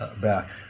back